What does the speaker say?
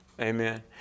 Amen